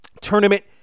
tournament